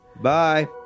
Bye